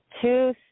two